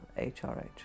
HRH